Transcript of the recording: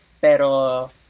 pero